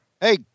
Hey